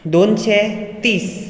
दोनशें तीस